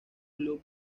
club